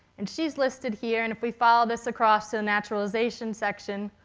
and she's listed here. and if we follow this across to the naturalization section,